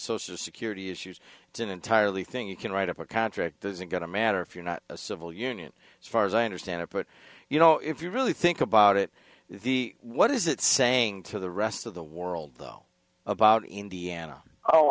social security issues an entirely thing you can write up a contract isn't going to matter if you're not a civil union as far as i understand it but you know if you really think about it what is it saying to the rest of the world though about indiana oh